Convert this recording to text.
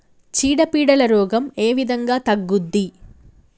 చీడ పీడల రోగం ఏ విధంగా తగ్గుద్ది?